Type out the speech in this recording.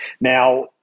Now